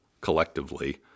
collectively